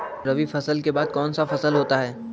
रवि फसल के बाद कौन सा फसल होता है?